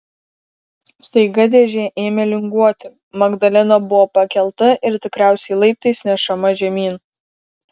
staiga dėžė ėmė linguoti magdalena buvo pakelta ir tikriausiai laiptais nešama žemyn